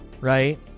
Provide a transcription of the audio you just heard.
right